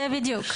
זה בדיוק.